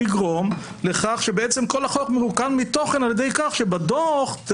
לגרום לכך שכל החוק מרוקן מתוכן על ידי כך שבדוח אתה